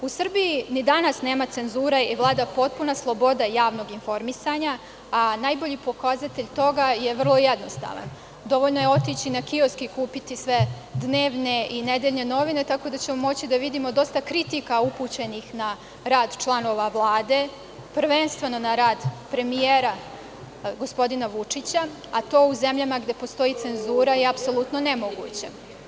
U Srbiji ni danas nema cenzura i vlada potpuna sloboda javnog informisanja, a najbolji pokazatelj toga je vrlo jednostavan, dovoljno je otići na kiosk i kupiti sve dnevne i nedeljne novine, tako da ćemo moći da vidimo dosta kritika upućenih na rad članova Vlade, prvenstveno na rad premijera gospodina Vučića, a to u zemljama gde postoji cenzura je apsolutno nemoguće.